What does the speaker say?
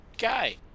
guy